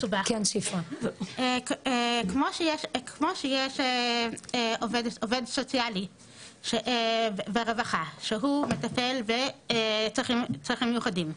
כמו שיש עובד סוציאלי ברווחה שהוא מטפל בצרכים מיוחדים,